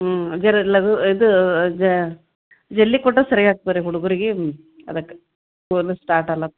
ಹ್ಞೂ ಜರಾ ಲಗು ಇದು ಜಾ ಜಲ್ದಿ ಕೊಟ್ಟರೆ ಸರಿ ಆಗ್ತದೆ ರೀ ಹುಡ್ಗುರ್ಗೆ ಅದಕ್ಕೆ ಸ್ಕೂಲ್ ಸ್ಟಾರ್ಟ್ ಆಲತ್